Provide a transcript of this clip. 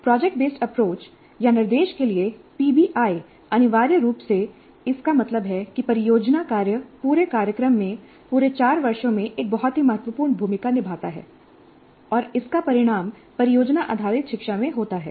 project based approach या निर्देश के लिए पीबीआई अनिवार्य रूप से इसका मतलब है कि परियोजना कार्य पूरे कार्यक्रम में पूरे 4 वर्षों में एक बहुत ही महत्वपूर्ण भूमिका निभाता है और इसका परिणाम परियोजना आधारित शिक्षा में होता है